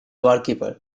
barkeeper